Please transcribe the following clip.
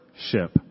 ship